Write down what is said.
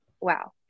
wow